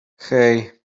hej